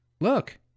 Look